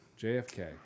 JFK